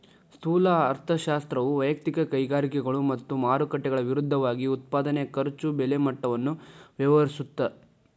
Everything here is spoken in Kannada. ಸ್ಥೂಲ ಅರ್ಥಶಾಸ್ತ್ರವು ವಯಕ್ತಿಕ ಕೈಗಾರಿಕೆಗಳು ಮತ್ತ ಮಾರುಕಟ್ಟೆಗಳ ವಿರುದ್ಧವಾಗಿ ಉತ್ಪಾದನೆ ಖರ್ಚು ಬೆಲೆ ಮಟ್ಟವನ್ನ ವ್ಯವಹರಿಸುತ್ತ